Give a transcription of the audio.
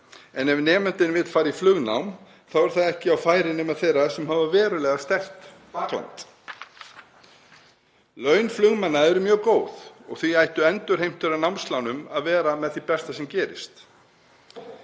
en ef nemandinn vill fara í flugnám þá er það ekki á færi nema þeirra sem hafa verulega sterkt bakland. Laun flugmanna eru mjög góð og því ættu endurheimtur af námslánum að vera með því besta sem gerist.